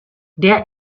der